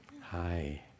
Hi